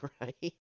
right